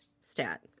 stat